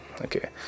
okay